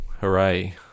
hooray